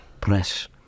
press